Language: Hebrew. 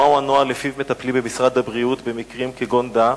2. מהו הנוהל שלפיו מטפלים במשרד הבריאות במקרים כגון דא?